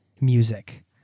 music